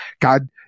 God